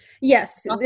Yes